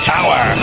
Tower